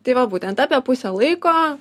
tai va būtent apie pusę laiko